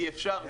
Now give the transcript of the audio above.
אי אפשר,